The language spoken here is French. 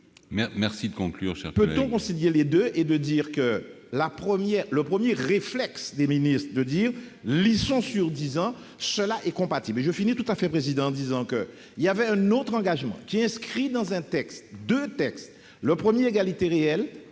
Merci de conclure, chère collègue.